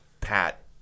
Pat